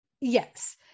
Yes